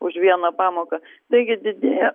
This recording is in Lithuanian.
už vieną pamoką taigi didėja